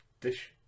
dish